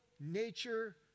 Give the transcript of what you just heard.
nature